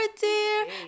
dear